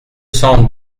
cent